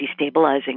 destabilizing